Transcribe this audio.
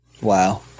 Wow